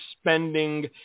spending